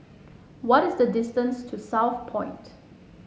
what is the distance to Southpoint